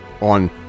on